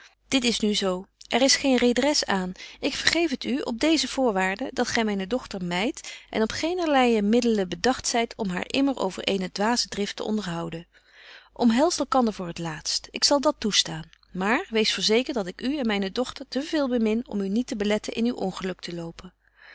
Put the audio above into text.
dit is nu zo er is geen redres aan ik vergeef het u op deeze voorwaarbetje wolff en aagje deken historie van mejuffrouw sara burgerhart de dat gy myne dochter mydt en op geenerleie middelen bedagt zyt om haar immer over eene dwaze drift te onderhouden omhelst elkander voor het laatst ik zal dat toestaan maar wees verzekert dat ik u en myne dochter te veel bemin om u niet te beletten in uw ongeluk te lopen